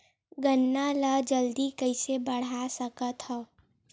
गन्ना ल जल्दी कइसे बढ़ा सकत हव?